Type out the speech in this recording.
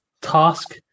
task